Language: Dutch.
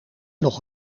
nog